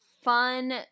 fun